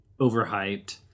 overhyped